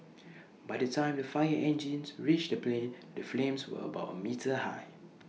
by the time the fire engines reached the plane the flames were about A metre high